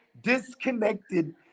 disconnected –